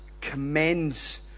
commends